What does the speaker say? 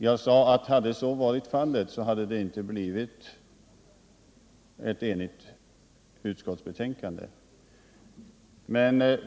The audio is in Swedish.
Jag sade att hade så varit fallet så hade det inte blivit ett enigt utskottsbetänkande.